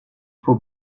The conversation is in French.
faut